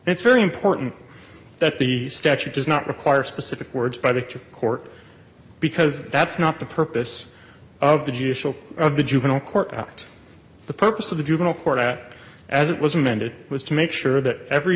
it's very important that the statute does not require specific words by the court because that's not the purpose of the judicial or of the juvenile court the purpose of the juvenile court as it was amended was to make sure that every